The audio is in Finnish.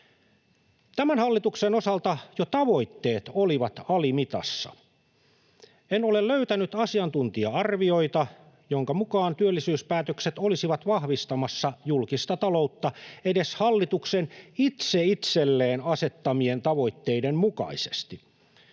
Tämän hallituksen osalta jo tavoitteet olivat alimitassa. En ole löytänyt asiantuntija-arviota, jonka mukaan työllisyyspäätökset olisivat vahvistamassa julkista taloutta edes hallituksen itse itselleen asettamien tavoitteiden mukaisesti.